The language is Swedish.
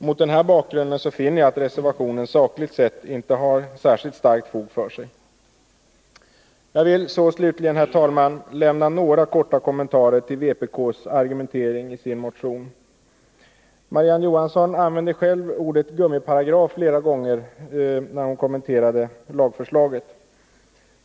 Mot denna bakgrund finner jag att reservationen sakligt sett inte har särskilt starkt fog för sig. Jag vill slutligen, herr talman, lämna några korta kommentarer till vpk:s argumentering för sin motion. Marie-Ann Johansson använde själv ordet gummiparagraf flera gånger när hon kommenterade lagförslaget.